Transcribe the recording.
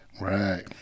Right